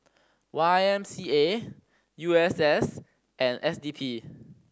Y M C A U S S and S D P